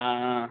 ஆ ஆ